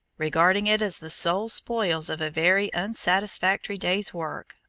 regarding it as the sole spoils of a very unsatisfactory day's work,